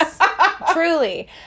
Truly